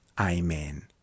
Amen